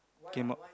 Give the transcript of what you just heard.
came out